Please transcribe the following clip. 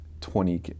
twenty